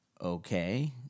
okay